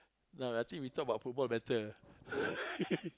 no I think we talk about football better